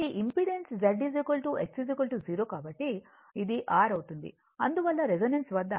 కాబట్టి ఇది R అవుతుంది అందువలన రెసోనెన్స్ వద్ద ఇంపెడెన్స్ Z కనిష్టంగా ఉంటుంది